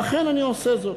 ואכן אני עושה זאת.